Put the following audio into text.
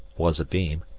was abeam,